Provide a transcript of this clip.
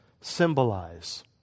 symbolize